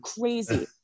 crazy